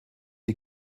die